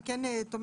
היא כן מהותית,